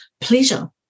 pleasure